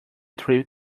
three